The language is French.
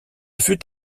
fut